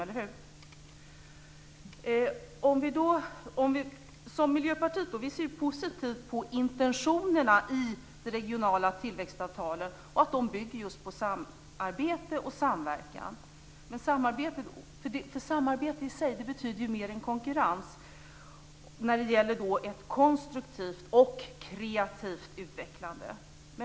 Eller hur? Miljöpartiet ser positivt på intentionerna i de regionala tillväxtavtalen och att de bygger på samarbete och samverkan. Samarbete i sig betyder mer än konkurrens i ett konstruktivt och kreativt utvecklande.